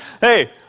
hey